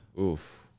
Oof